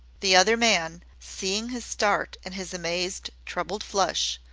the other man, seeing his start and his amazed, troubled flush,